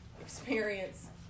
experience